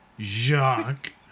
Jacques